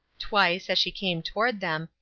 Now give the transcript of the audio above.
twice, as she came toward them,